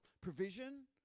provision